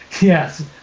Yes